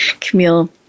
Camille